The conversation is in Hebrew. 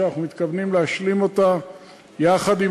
ואנחנו מתכוונים להשלים אותה יחד עם